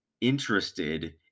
interested